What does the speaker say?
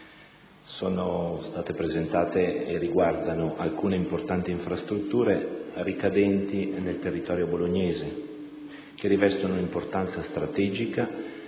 accingo a rispondere riguardano alcune importanti infrastrutture ricadenti nel territorio bolognese, che rivestono un'importanza strategica